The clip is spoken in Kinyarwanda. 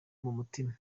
mutima